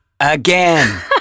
Again